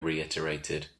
reiterated